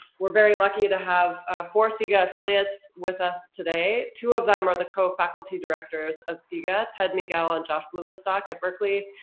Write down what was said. we're very lucky to have four so cega affiliates with us today. two of them are the co-faculty directors of cega, ted miguel and josh blumenstock at berkeley.